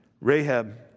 Rahab